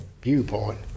viewpoint